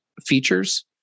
features